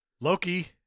Loki